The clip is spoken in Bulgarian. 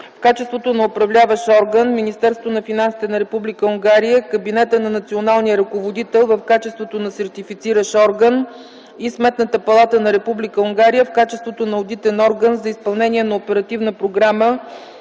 в качеството на Управляващ орган, Министерството на финансите на Република Унгария - Кабинета на Националния ръководител в качеството на Сертифициращ орган, и Сметната палата на Република Унгария в качеството на Одитен орган за изпълнение на Оперативна програма